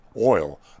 oil